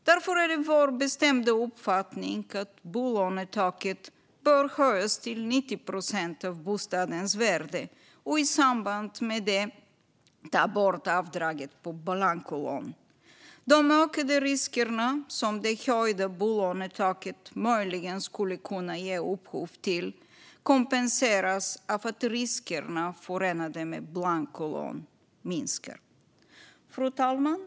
Därför är det vår bestämda uppfattning att man bör höja bolånetaket till 90 procent av bostadens värde och i samband med det ta bort avdraget på blancolån. De ökade risker som det höjda bolånetaket möjligen skulle kunna ge upphov till kompenseras av att riskerna förenade med blancolån minskar. Fru talman!